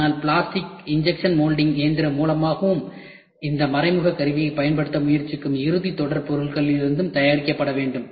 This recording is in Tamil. ஆனால் பிளாஸ்டிக் இஞ்செக்சன் மோல்டிங் இயந்திரம் மூலமாகவும் இந்த மறைமுக கருவியைப் பயன்படுத்த முயற்சிக்கும் இறுதித் தொடர் பொருட்களிலிருந்தும் தயாரிக்கப்பட வேண்டும்